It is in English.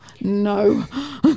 no